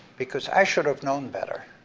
because i should've known better,